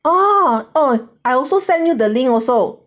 oh oh I also send you the link also